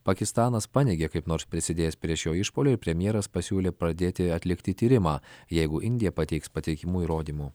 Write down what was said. pakistanas paneigė kaip nors prisidėjęs prie šio išpuolio ir premjeras pasiūlė pradėti atlikti tyrimą jeigu indija pateiks patikimų įrodymų